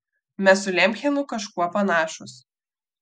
mes su lemchenu kažkuo panašūs